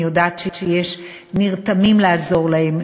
אני יודעת שיש נרתמים לעזור להם,